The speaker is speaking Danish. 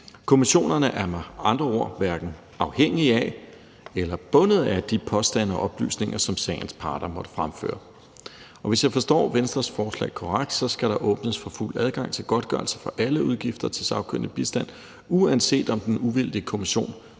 Kommissionerne er med andre ord hverken afhængige af eller bundet af de påstande og oplysninger, som sagens parter måtte fremføre. Hvis jeg forstår Venstres forslag korrekt, skal der åbnes for fuld adgang til godtgørelse for alle udgifter til sagkyndig bistand, uanset om den uvildige kommission